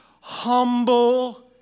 Humble